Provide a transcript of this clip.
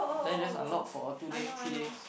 then just unlock for a two day three days